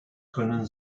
können